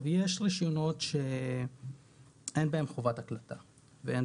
יש רישיונות שאין בהן חובת הקלטה ואין